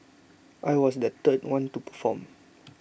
I was the third one to perform